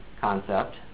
concept